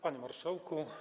Panie Marszałku!